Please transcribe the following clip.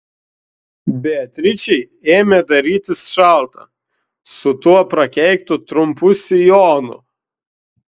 beatričei ėmė darytis šalta su tuo prakeiktu trumpu sijonu